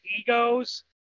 egos